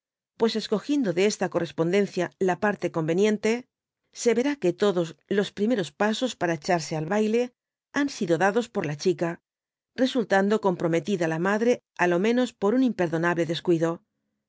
pues escogiendo de esta correspondencia la parte convenientcyse verá que todos los primeros pasos para hecharse al baile han sido dados por la chica resultando mprometida la madre á lo menos por un imperdonable descuido